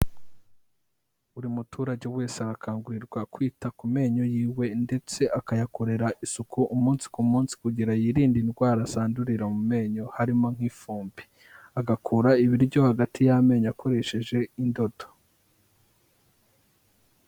Buri muturage wese arakangurirwa kwita ku menyo yiwe ndetse akayakorera isuku umunsi ku munsi, kugira yirinde indwara zandurira mu menyo harimo nk'ifumbi, agakura ibiryo hagati y'amenyo akoresheje indodo.